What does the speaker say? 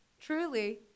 truly